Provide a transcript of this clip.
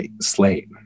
slate